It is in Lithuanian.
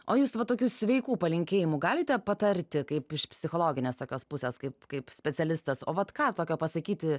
o jūs vat tokių sveikų palinkėjimų galite patarti kaip iš psichologinės tokios pusės kaip kaip specialistas o vat ką tokio pasakyti